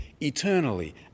eternally